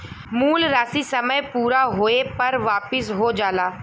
मूल राशी समय पूरा होये पर वापिस हो जाला